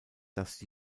dass